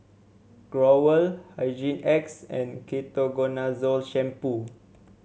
Growell Hygin X and Ketoconazole Shampoo